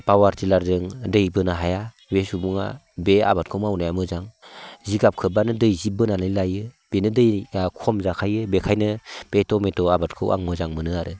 power टिलारजों दै बोनो हाया बे सुबुङा बे आबादखौ मावनाया मोजां जिगाब खोबबानो दै जि बोनानै लायो बेनो दैया खम जाखायो बेनिखायनो बे टमेट' आबादखौ आं मोजां मोनो आरो